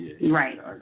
Right